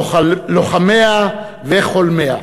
לוחמיה וחולמיה,